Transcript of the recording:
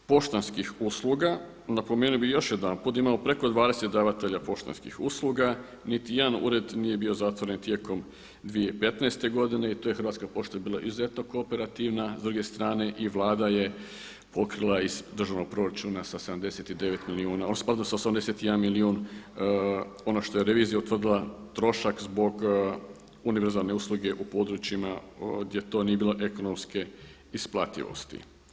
Što se tiče poštanskih usluga, napomenuo bih još jedanput da imamo preko 20 davatelja poštanskih usluga, niti jedan ured nije bio zatvoren tijekom 2015. godine i tu je Hrvatska pošta bila izuzetno kooperativna, s druge strane i Vlada je pokrila iz državnog proračuna sa 79 milijuna, … skladu sa 81 milijun ono što je revizija utvrdila trošak zbog univerzalne usluge u područjima gdje to nije bilo ekonomske isplativosti.